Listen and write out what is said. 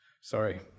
Sorry